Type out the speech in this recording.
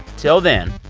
till then,